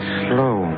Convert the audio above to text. slow